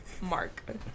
Mark